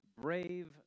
Brave